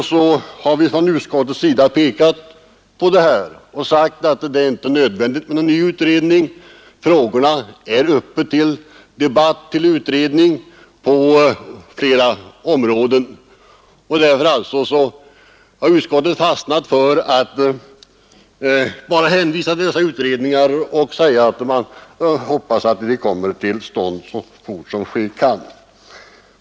Därför har vi från utskottets sida inte ansett det nödvändigt att tillsätta en ny utredning utan uttalar förhoppningen att utredningsarbetet kommer att bedrivas skyndsamt.